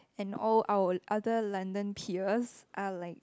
and all our other London peers are like